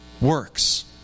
works